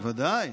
בוודאי,